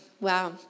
Wow